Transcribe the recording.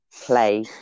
play